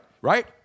Right